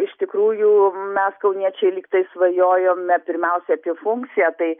iš tikrųjų mes kauniečiai lyg tai svajojome pirmiausia apie funkciją tai